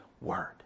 Word